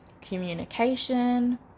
Communication